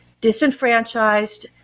disenfranchised